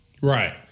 Right